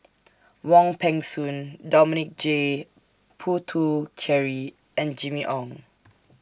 Wong Peng Soon Dominic J Puthucheary and Jimmy Ong